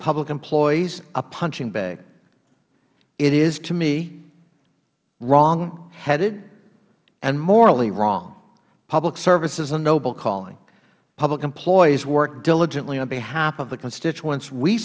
public employees a punching bag it is to me wrong headed and morally wrong public service is a noble calling public employees work diligently on behalf of the constituents we